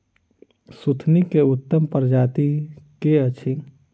सुथनी केँ उत्तम प्रजाति केँ अछि?